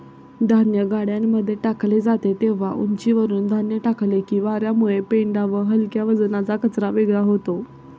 धान्य गाड्यांमध्ये टाकले जाते तेव्हा उंचीवरुन धान्य टाकले की वार्यामुळे पेंढा व हलक्या वजनाचा कचरा वेगळा होतो